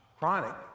Chronic